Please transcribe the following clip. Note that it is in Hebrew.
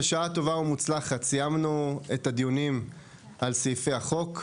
בשעה טובה ומוצלחת סיימנו את הדיונים על סעיפי החוק.